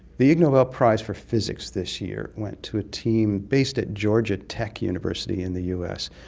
the ig nobel prize for physics this year went to a team based at georgia tech university in the us.